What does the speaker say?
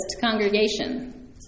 congregation